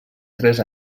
tres